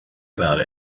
about